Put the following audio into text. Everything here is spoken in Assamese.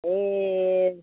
এই